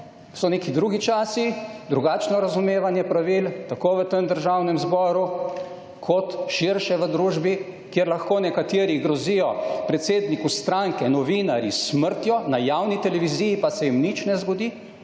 so neki drugi časi, drugačno razumevanje pravil, tako v tem Državnem zboru, kot širše, v družbi, kjer lahko nekateri grozijo predsedniku stranke, novinarji, s smrtjo, na javni televiziji pa se jim nič ne zgodi,